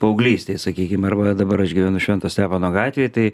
paauglystėj sakykim arba dabar aš gyvenu švento stepono gatvėj tai